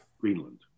Greenland